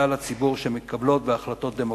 ולפעול לפי החלטות כלל הציבור שמתקבלות בהחלטות דמוקרטיות.